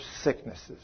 sicknesses